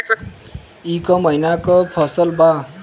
ई क महिना क फसल बा?